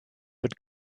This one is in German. wird